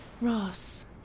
Ross